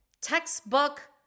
textbook